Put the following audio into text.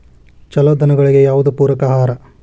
ಛಲೋ ದನಗಳಿಗೆ ಯಾವ್ದು ಪೂರಕ ಆಹಾರ?